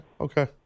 okay